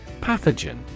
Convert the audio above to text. Pathogen